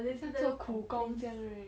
像在做苦工这样 right